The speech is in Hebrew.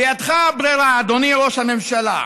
בידך הבחירה, אדוני ראש הממשלה.